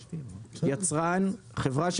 "יצרן" חברה,